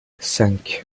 cinq